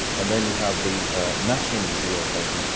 and then you have the national museum of painting,